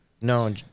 No